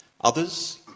Others